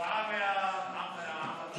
הצבעה מהעמדה או שאפשר גם למטה?